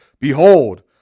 Behold